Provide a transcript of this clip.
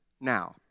now